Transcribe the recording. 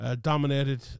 Dominated